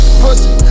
pussy